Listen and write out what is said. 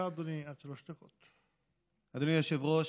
אדוני היושב-ראש,